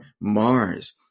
Mars